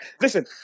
listen